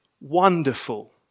wonderful